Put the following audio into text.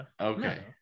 Okay